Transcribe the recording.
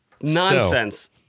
Nonsense